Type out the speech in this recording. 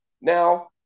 Now